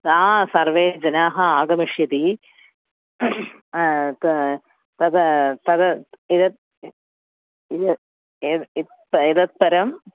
सा सर्वे जनाः आगमिष्यन्ति त तद् तद् इदम् इदं परं